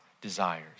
desires